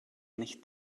nicht